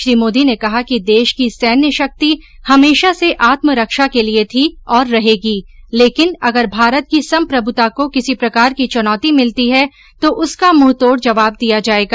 श्री मोदी ने कहा कि देश की सैन्य शक्ति हमेशा से आत्म रक्षा के लिए थी और रहेगी लेकिन अगर भारत की संप्रभुता को किसी प्रकार की चुनौती मिलती है तो उसका मुंह तोड़ जवाब दिया जायेगा